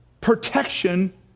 Protection